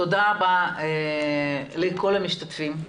תודה רבה לכל המשתתפים.